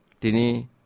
dini